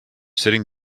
sitting